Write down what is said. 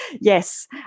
yes